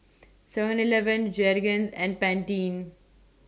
Seven Eleven Jergens and Pantene